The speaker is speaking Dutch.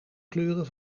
kleuren